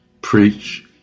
preach